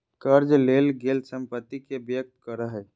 कर्ज लेल गेल संपत्ति के व्यक्त करो हइ